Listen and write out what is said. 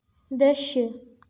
दृश्य